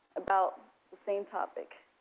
about the same topic.